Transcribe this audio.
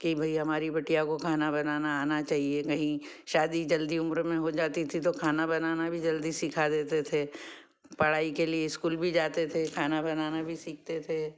कि भई हमारी बिटिया को खाना बनाना आना चाहिए कहीं शादी जल्दी उम्र में हो जाती थी तो खाना बनाना भी जल्दी सिखा देते थे पढ़ाई के लिए स्कूल भी जाते थे खाना बनाना भी सीखते थे